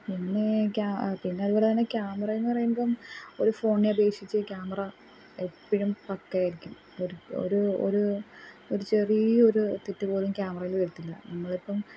പിന്നെ ക്യാ അ പിന്നിവടാണെ ക്യാമറാന്ന് പറയുമ്പം ഒരു ഫോൺനെ അപേഷിച്ച് ക്യാമറ എപ്പോഴും പക്ക ആയിരിക്കും ഒരു ഒരു ഒരു ചെറീയൊരു തെറ്റ് പോലും ക്യാമറേൽ വരത്തില്ല നമ്മളിപ്പം